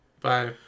Bye